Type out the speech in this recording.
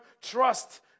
trust